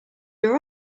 your